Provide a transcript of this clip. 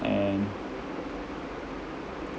and